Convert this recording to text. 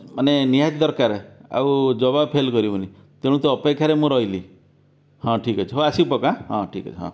ମାନେ ନିହାତି ଦରକାର ଆଉ ଯବାବ ଫେଲ କରିବୁନି ତେଣୁ ତୋ ଅପେକ୍ଷା ରେ ମୁଁ ରହିଲି ହଁ ଠିକ ଅଛି ହୋଉ ଆସିବୁ ପକ୍କା ହଁ ଠିକ ଅଛି ହଁ